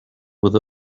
with